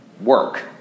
work